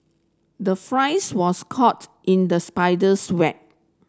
the flies was caught in the spider's web